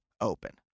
open